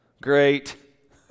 great